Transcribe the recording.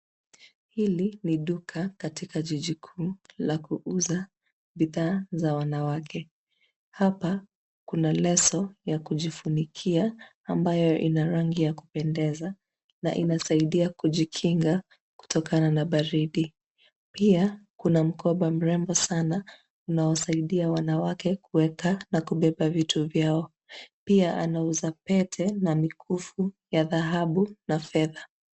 Hili ni duka katika jiji kuu la kuuza bidhaa za wanawake. Hapa, kuna leso, ya kujifunikia, ambayo ina rangi ya kupendeza. Na inasaidia kujikinga, kutokana na baridi. Pia, kuna mkoba mrembo sana, unaosaidia wanawake kuweka na kubeba vitu vyao. Pia anauza pete, na mikufu, ya dhahabu, na fedha.